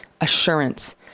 assurance